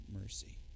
mercy